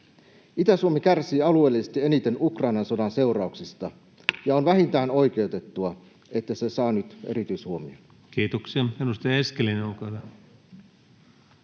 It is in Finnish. Itä-Suomi kärsii alueellisesti eniten Ukrainan sodan seurauksista, ja on vähintään oikeutettua, että se saa nyt erityishuomion. Kiitoksia. — Edustaja Eskelinen, olkaa hyvä.